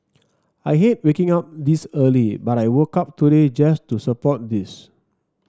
I hate waking up this early but I woke up today just to support this